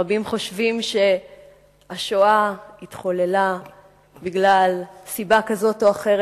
רבים חושבים שהשואה התחוללה בגלל סיבה כזאת או אחרת.